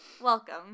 Welcome